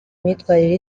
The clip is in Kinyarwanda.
imyitwarire